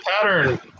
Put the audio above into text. pattern